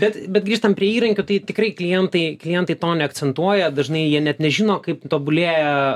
bet bet grįžtant prie įrankių tai tikrai klientai klientai to neakcentuoja dažnai jie net nežino kaip tobulėja